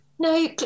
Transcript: No